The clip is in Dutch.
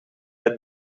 het